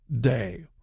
day